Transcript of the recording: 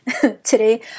today